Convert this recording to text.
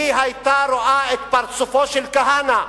היא היתה רואה את פרצופו של כהנא,